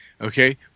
Okay